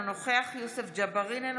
אינו נוכח יוסף ג'בארין,